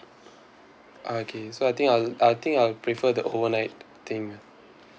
okay so I think I'll I think I'll prefer the overnight thing ah